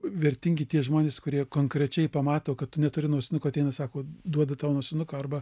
vertingi tie žmonės kurie konkrečiai pamato kad tu neturi nosinuko ateina sako duodu tau nosinuką arba